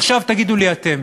עכשיו תגידו לי אתם: